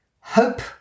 Hope